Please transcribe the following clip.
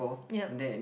ya